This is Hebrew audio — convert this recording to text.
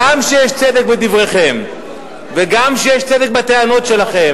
גם כשיש צדק בדבריכם וגם כשיש צדק בטענות שלכם,